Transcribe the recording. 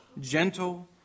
gentle